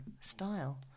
Style